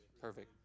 Perfect